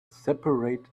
separate